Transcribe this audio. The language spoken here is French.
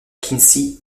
quincy